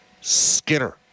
Skinner